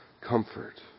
comfort